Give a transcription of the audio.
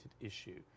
issue